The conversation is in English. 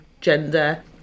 gender